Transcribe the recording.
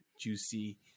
juicy